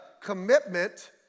commitment